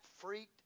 freaked